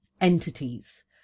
Entities